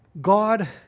God